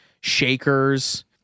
shakers